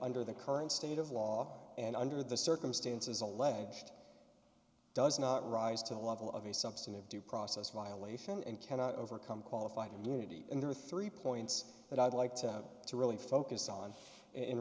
under the current state of law and under the circumstances alleged does not rise to the level of a substantive due process violation and cannot overcome qualified immunity and there are three points that i'd like to have to really focus on in